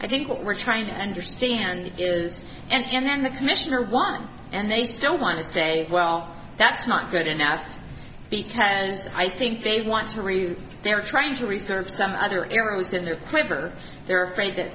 i think what we're trying to understand is and then the commissioner one and they still want to say well that's not good enough because i think they want to reason they're trying to reserve some other arrows in their quiver they're afraid that